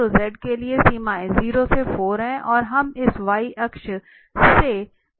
तो Z के लिए सीमाएं 0 से 4 हैं और हम इस y अक्ष से y की गणना करेंगे